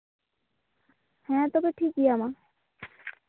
ᱦᱮᱸ ᱛᱚᱵᱮ ᱴᱷᱤᱠ ᱜᱮᱭᱟ ᱢᱟ